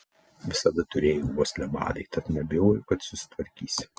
visada turėjai uoslę madai tad neabejoju kad susitvarkysi